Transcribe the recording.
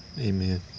Amen